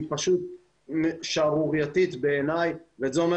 בעיניי היא פשוט שערורייתית ואת זה אומר